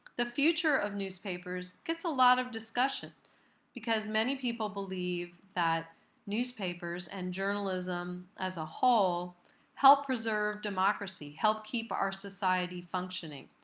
the future of newspapers gets a lot of discussion because many people believe that newspapers and journalism as a whole help preserve democracy, help keep our society functioning.